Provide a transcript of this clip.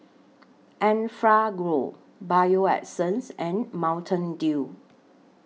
Enfagrow Bio Essence and Mountain Dew